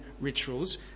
rituals